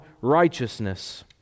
righteousness